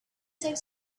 save